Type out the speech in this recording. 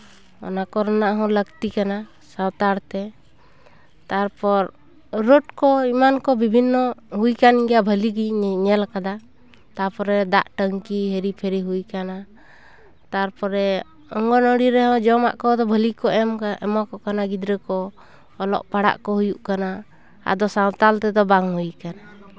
ᱚᱱᱟ ᱠᱚ ᱨᱮᱱᱟᱜ ᱦᱚᱸ ᱞᱟᱹᱠᱛᱤ ᱠᱟᱱᱟ ᱥᱟᱱᱛᱟᱲ ᱛᱮ ᱛᱟᱨᱯᱚᱨ ᱨᱳᱰ ᱠᱚ ᱮᱢᱟᱱ ᱠᱚ ᱵᱤᱵᱷᱤᱱᱱᱚ ᱦᱩᱭ ᱠᱟᱱ ᱜᱮᱭᱟ ᱵᱷᱟᱹᱞᱤᱜᱤᱧ ᱧᱮᱞ ᱠᱟᱫᱟ ᱛᱟᱨᱯᱚᱨᱮ ᱫᱟᱜ ᱴᱮᱝᱠᱤ ᱦᱮᱨᱤ ᱯᱷᱮᱨᱤ ᱦᱩᱭ ᱠᱟᱱᱟ ᱛᱟᱨᱯᱚᱨᱮ ᱚᱝᱜᱚᱱᱚᱣᱟᱲᱤ ᱨᱮᱦᱚᱸ ᱡᱚᱢᱟᱜ ᱠᱚᱫᱚ ᱵᱷᱟᱹᱞᱤ ᱜᱮᱠᱚ ᱮᱢᱟᱠᱚ ᱠᱟᱱᱟ ᱜᱤᱫᱽᱨᱟᱹ ᱠᱚ ᱚᱞᱚᱜ ᱯᱟᱲᱦᱟᱜ ᱠᱚ ᱦᱩᱭᱩᱜ ᱠᱟᱱᱟ ᱟᱫᱚ ᱥᱟᱶᱛᱟᱞ ᱛᱮᱫᱚ ᱵᱟᱝ ᱦᱩᱭ ᱠᱟᱱᱟ